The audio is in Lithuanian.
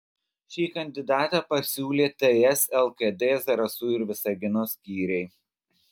šį kandidatą pasiūlė ts lkd zarasų ir visagino skyriai